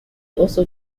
also